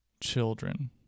children